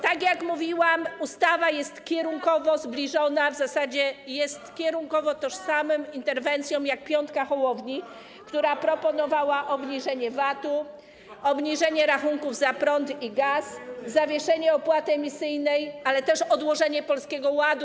Tak jak mówiłam, ustawa jest kierunkowo zbliżona, w zasadzie jest kierunkowo interwencją tożsamą z piątką Hołowni, która proponowała obniżenie VAT, obniżenie rachunków za prąd i gaz, zawieszenie opłaty emisyjnej, ale też odłożenie Polskiego Ładu.